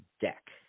deck